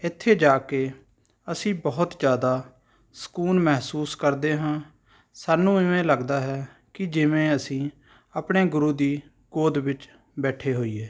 ਇੱਥੇ ਜਾ ਕੇ ਅਸੀਂ ਬਹੁਤ ਜ਼ਿਆਦਾ ਸਕੂਨ ਮਹਿਸੂਸ ਕਰਦੇ ਹਾਂ ਸਾਨੂੰ ਇਵੇਂ ਲੱਗਦਾ ਹੈ ਕਿ ਜਿਵੇਂ ਅਸੀਂ ਆਪਣੇ ਗੁਰੂ ਦੀ ਗੋਦ ਵਿੱਚ ਬੈਠੇ ਹੋਈਏ